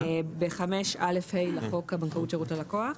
בסעיף 5א(ה) לחוק הבנקאות (שירות ללקוח).